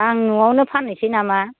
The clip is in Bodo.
आं न'आवनो फाननोसै नामा